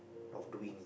of doing